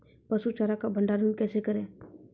पसु चारा का भंडारण कैसे करें?